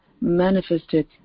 manifested